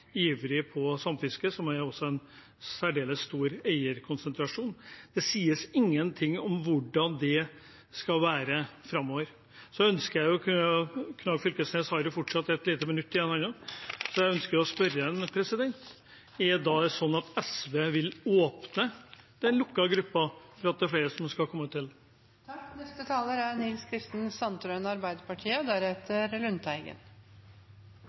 en særdeles stor eierkonsentrasjon. Det sies ingenting om hvordan det skal være framover. Representanten Knag Fylkesnes har fortsatt et lite minutt igjen, så jeg ønsker å spørre ham: Er det slik at SV vil åpne den lukkede gruppen for at flere skal komme